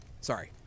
Sorry